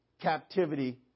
captivity